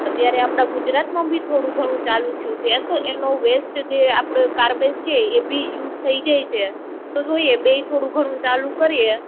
અત્યારે આપડા ગુજરાતમા બી થોડું ઘણું ચાલું થયું છે એ તો એનો વેસ્ટ જે આપડો કારબેજ છે એ બી યુઝ થઈ જાય છે તો જોઈએ બેય થોડું ઘણું ચાલુ કરીએ